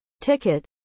ticket